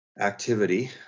activity